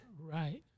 Right